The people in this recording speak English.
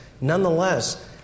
nonetheless